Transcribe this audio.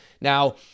Now